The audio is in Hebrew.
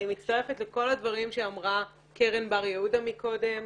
אני מצטרפת לכל הדברים שאמרה קרן בר יהודה מקודם.